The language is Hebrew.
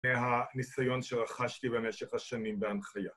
‫מהניסיון שרכשתי במשך השנים בהנחיה.